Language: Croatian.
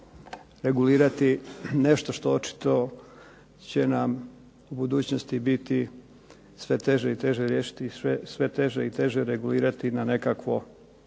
regulirati nešto što očito će nam u budućnosti biti sve teže riješiti, sve teže i teže regulirati na nekakvo